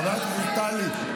חבר הכנסת אחמד טיבי.